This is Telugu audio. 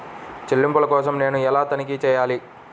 చెల్లింపుల కోసం నేను ఎలా తనిఖీ చేయాలి?